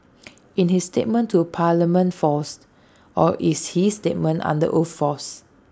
in his statement to parliament false or is his statement under oath false